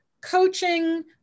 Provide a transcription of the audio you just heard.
coaching